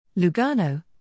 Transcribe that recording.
Lugano